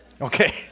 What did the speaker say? Okay